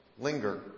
Linger